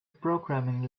programming